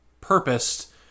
purposed